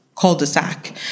cul-de-sac